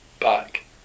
back